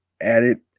added